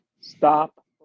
Stop